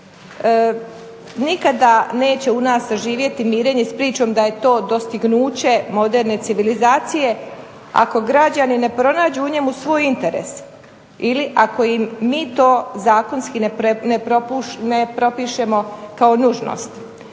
Nikada neće u nas zaživjeti mirenje s pričom da je to dostignuće moderne civilizacije ako građani ne pronađu u njemu svoj interes ili ako im mi to zakonski ne propišemo kao nužnost.